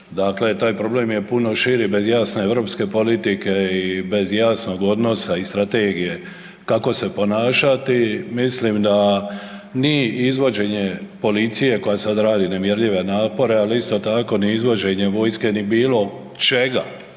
dakle taj problem je puno širi bez .../Govornik se ne razumije./... i bez jasnog odnosa i strategije kako se ponašati, mislim da ni izvođenje policije koja sad radi nemjerljive napore, ali isto tako ni izvođenje vojske, ni bilo čega